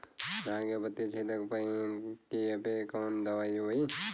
धान के पत्ती छेदक कियेपे कवन दवाई होई?